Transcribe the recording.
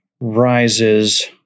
Rises